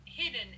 Hidden